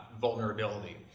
vulnerability